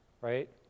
Right